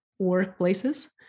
workplaces